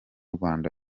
rwanda